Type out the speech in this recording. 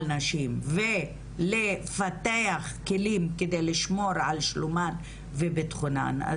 נשים ולפתח כלים כדי לשמור על שלומן ובטחונן.